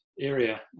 area